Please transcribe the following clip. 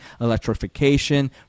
electrification